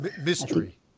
Mystery